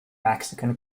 mexican